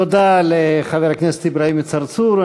תודה לחבר הכנסת אברהים צרצור.